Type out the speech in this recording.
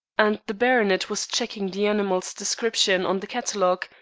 and the baronet was checking the animals' descriptions on the catalogue,